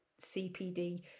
CPD